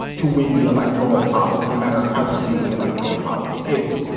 to win the electoral college, no matter how skewed the electoral college is.